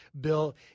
Bill